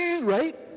Right